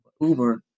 Uber